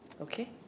Okay